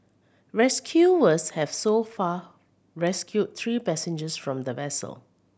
rescuers have so far rescued three passengers from the vessel